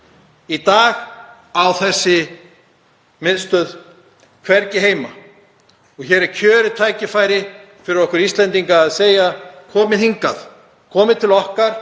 Í dag á þessi miðstöð hvergi heima og hér er kjörið tækifæri fyrir okkur Íslendinga til að segja: Komið hingað til okkar